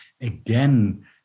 again